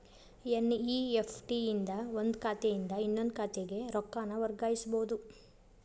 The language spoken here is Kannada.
ಎನ್.ಇ.ಎಫ್.ಟಿ ಇಂದ ಒಂದ್ ಖಾತೆಯಿಂದ ಇನ್ನೊಂದ್ ಖಾತೆಗ ರೊಕ್ಕಾನ ವರ್ಗಾಯಿಸಬೋದು